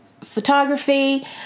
photography